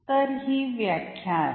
तर ही व्याख्या आहे